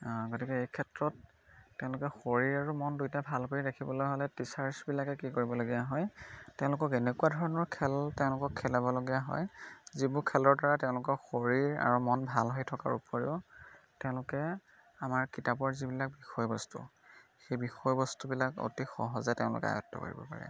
গতিকে এই ক্ষেত্ৰত তেওঁলোকে শৰীৰ আৰু মন দুয়োটা ভাল কৰি ৰাখিবলৈ হ'লে টিচাৰ্চবিলাকে কি কৰিবলগীয়া হয় তেওঁলোকক এনেকুৱা ধৰণৰ খেল তেওঁলোকক খেলাবলগীয়া হয় যিবোৰ খেলৰ দ্বাৰা তেওঁলোকৰ শৰীৰ আৰু মন ভাল হৈ থকাৰ উপৰিও তেওঁলোকে আমাৰ কিতাপৰ যিবিলাক বিষয়বস্তু সেই বিষয়বস্তুবিলাক অতি সহজে তেওঁলোকে আয়ত্ত্ব কৰিব পাৰে